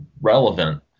relevant